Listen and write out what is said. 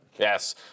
Yes